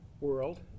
world